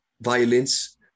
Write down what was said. violins